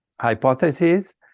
hypotheses